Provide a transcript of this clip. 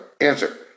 answer